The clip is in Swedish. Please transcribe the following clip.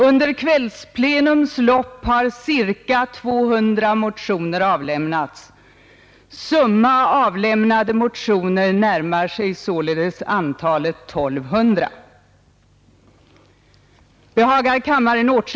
Under kvällsplenums lopp har ca 200 motioner avlämnats.